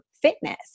fitness